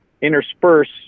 intersperse